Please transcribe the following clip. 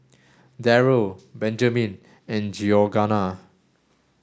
Darryl Benjamin and Georganna